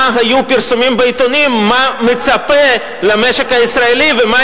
הפרסומים בעיתונים מה מצפה למשק הישראלי ומה